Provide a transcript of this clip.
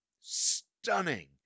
stunning